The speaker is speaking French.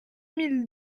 mille